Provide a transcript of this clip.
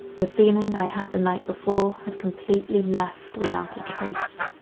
the feeling i had the night before had completely left without a trace.